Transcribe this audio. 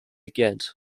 ghent